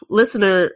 listener